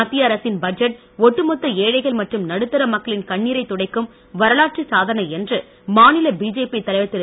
மத்திய அரசின் பட்ஜெட் ஒட்டுமொத்த ஏழைகள் மற்றும் நடுத்தர மக்களின் கண்ணீரை துடைக்கும் வரலாற்று சாதனை என்று மாநில பிஜேபி தலைவர் திரு